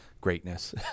greatness